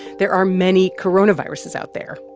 there are many coronaviruses out there.